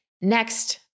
Next